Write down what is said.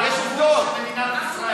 סמוטריץ?